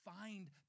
find